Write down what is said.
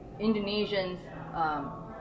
Indonesians